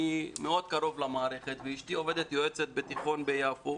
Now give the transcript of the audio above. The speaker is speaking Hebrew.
אני מאוד קרוב למערכת ואשתי עובדת כיועצת בתיכון ביפו